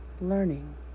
Learning